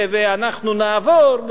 ו"אנחנו נעבור",